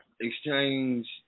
exchange